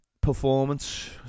performance